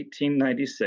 1896